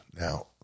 Now